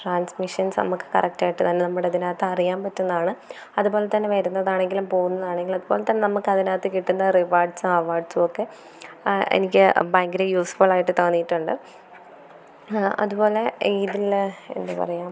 transmissions നമ്മൾക്ക് കറക്റ്റായിട്ട് തന്നെ നമ്മുടെ ഇതിനകത്ത് അറിയാൻ പറ്റുമെന്നാണ് അതുപോലെത്തന്നെ വരുന്നതാണെങ്കിലും പോകുന്നതാണെങ്കിലും അപ്പോൾത്തന്നെ നമ്മൾക്കതിനകത്ത് കിട്ടുന്ന റിവാഡ്സും അവാഡ്സുമൊ ക്കെ എനിക്ക് ഭയങ്കര യൂസ്ഫുള്ളായിട്ട് തോന്നിയിട്ടുണ്ട് അതുപോലെ ഇതിൽ എന്താ പറയുക